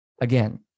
again